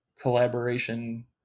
collaboration